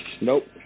Nope